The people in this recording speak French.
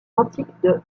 antique